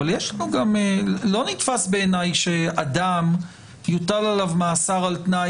אבל גם לא נתפס בעיניי שיוטל על אדם מאסר על תנאי